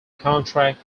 contract